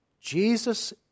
Jesus